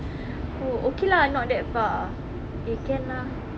oh okay lah not that far eh can lah